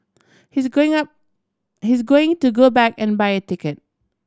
he's going up he's going to go back and buy a ticket